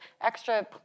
extra